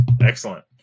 excellent